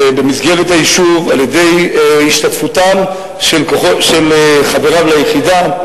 במסגרת היישוב, בהשתתפותם של חבריו ליחידה,